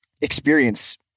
experience